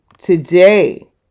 Today